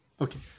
Okay